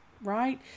right